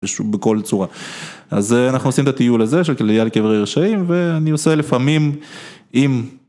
בכל צורה, אז אנחנו עושים את הטיול הזה של עליה על קברי רשעים ואני עושה לפעמים אם